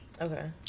Okay